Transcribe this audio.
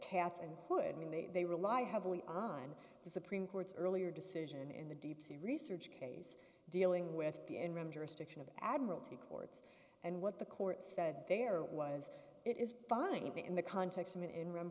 cats and could mean they they rely heavily on the supreme court's earlier decision in the deep sea research case dealing with the enron jurisdiction of admiralty courts and what the court said there was it is fine in the context